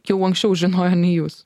jau anksčiau žinojo nei jūs